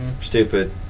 Stupid